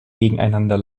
gegeneinander